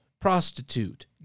prostitute